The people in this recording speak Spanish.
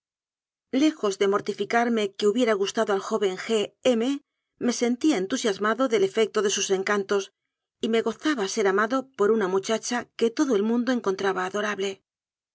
lejos de mortificar me que hubiera gustado al joven g m me sentía entusiasmado del efecto de sus encantos y me gozaba ser amado por una muchacha que todo el mundo encontraba adorable